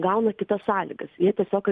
gauna kitas sąlygas jie tiesiog